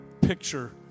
picture